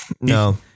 No